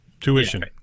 tuition